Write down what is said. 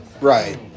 Right